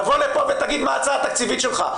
תבוא לפה ותגיד מה ההצעה התקציבית שלך.